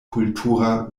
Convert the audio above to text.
kultura